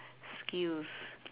skills